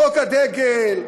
חוק הדגל,